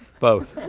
both.